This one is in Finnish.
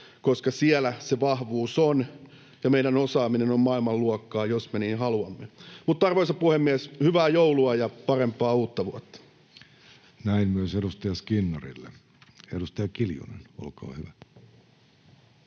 koska siellä se vahvuus on, ja meidän osaaminen on maailmanluokkaa, jos me niin haluamme. Arvoisa puhemies! Hyvää joulua ja parempaa uutta vuotta! [Speech 95] Speaker: Jussi Halla-aho